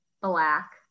black